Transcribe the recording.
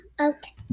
Okay